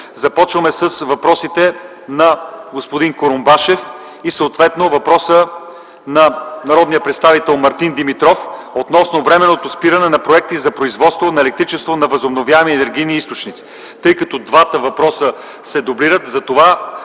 Следва въпросът на господин Петър Курумбашев, след това ще бъде въпросът от народния представител Мартин Димитров относно „временно спиране” на проекти за производство на електричество от възобновяеми енергийни източници. Тъй като двата въпроса се дублират,